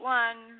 one